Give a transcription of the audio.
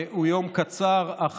הוא מוזמן, בבקשה.